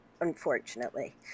unfortunately